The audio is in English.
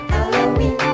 Halloween